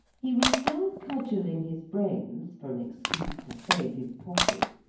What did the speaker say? he was still cudgelling his brains for an excuse to save his pocket,